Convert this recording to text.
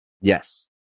Yes